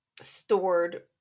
stored